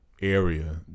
area